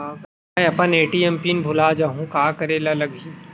मैं अपन ATM pin भुला जहु का करे ला लगही?